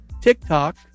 TikTok